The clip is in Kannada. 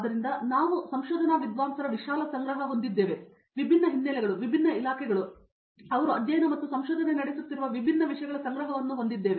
ಆದ್ದರಿಂದ ನಾವು ಸಂಶೋಧನಾ ವಿದ್ವಾಂಸರ ವಿಶಾಲ ಸಂಗ್ರಹ ವಿಭಿನ್ನ ಹಿನ್ನೆಲೆಗಳು ವಿಭಿನ್ನ ಇಲಾಖೆಗಳು ಅವರು ಅಧ್ಯಯನ ಮತ್ತು ಸಂಶೋಧನೆ ನಡೆಸುತ್ತಿರುವ ವಿಭಿನ್ನ ವಿಷಯಗಳ ಸಂಗ್ರಹವನ್ನು ಹೊಂದಿವೆ